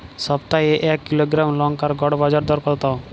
সপ্তাহে এক কিলোগ্রাম লঙ্কার গড় বাজার দর কতো?